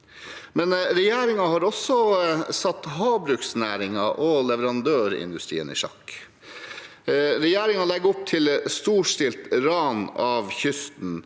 Men regjeringen har også satt havbruksnæringen og leverandørindustrien i sjakk. Regjeringen legger opp til storstilt ran av kysten